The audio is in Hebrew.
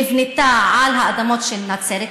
שנבנתה על האדמות של נצרת,